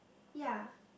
ya